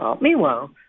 Meanwhile